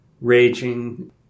raging